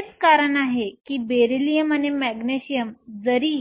हेच कारण आहे की बेरिलियम किंवा मॅग्नेशियम जरी